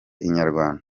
inyarwanda